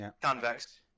Convex